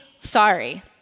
sorry